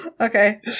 Okay